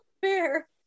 fair